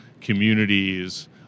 communities